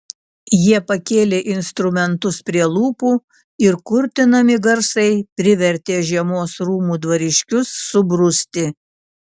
jie pakėlė instrumentus prie lūpų ir kurtinami garsai privertė žiemos rūmų dvariškius subruzti